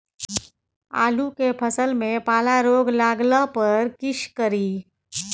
आलू के फसल मे पाला रोग लागला पर कीशकरि?